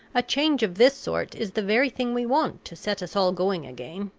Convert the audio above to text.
a change of this sort is the very thing we want to set us all going again.